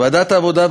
ועדת העבודה,